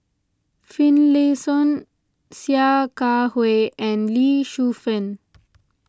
Finlayson Sia Kah Hui and Lee Shu Fen